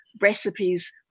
Recipes